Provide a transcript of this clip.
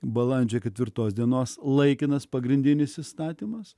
balandžio ketvirtos dienos laikinas pagrindinis įstatymas